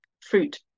fruit